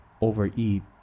overeat